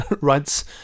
writes